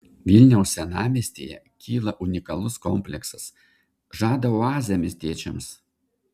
vilniaus senamiestyje kyla unikalus kompleksas žada oazę miestiečiams